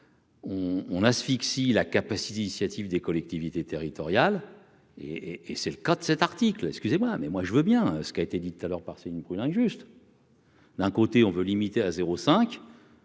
on asphyxie la capacité initiative des collectivités territoriales et et c'est le cas de cet article, excusez-moi mais moi je veux bien, ce qui a été dit tout à l'heure par Céline Bruel injuste. D'un côté on veut limiter à 0 5.